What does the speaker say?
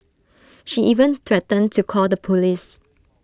she even threatened to call the Police